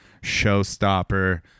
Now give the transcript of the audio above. showstopper